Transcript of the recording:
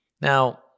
Now